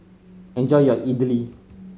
enjoy your idly